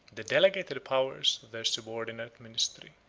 the delegated powers of their subordinate ministry.